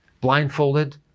blindfolded